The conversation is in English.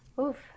Oof